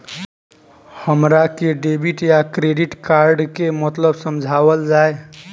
हमरा के डेबिट या क्रेडिट कार्ड के मतलब समझावल जाय?